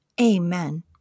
amen